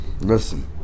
Listen